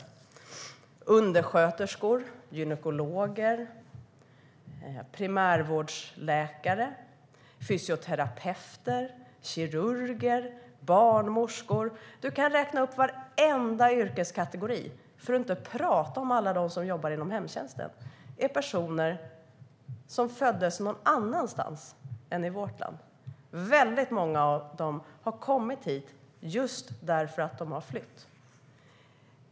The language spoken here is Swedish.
Jag talar om undersköterskor, gynekologer, primärvårdsläkare, fysioterapeuter, kirurger och barnmorskor. Du kan räkna upp varenda yrkeskategori, för att inte tala om alla dem som jobbar inom hemtjänsten. Det är personer som föddes någon annanstans än i vårt land. Väldigt många av dem har kommit hit just därför att de har flytt.